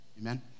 Amen